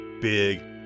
big